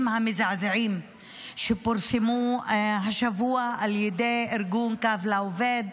המזעזעים שפורסמו השבוע על ידי ארגון קו לעובד,